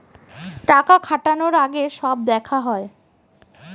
টাকা খাটানোর আগে সব দেখা হয়